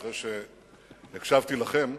אחרי שהקשבתי לכם,